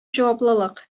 җаваплылык